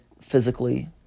physically